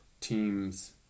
teams